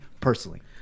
personally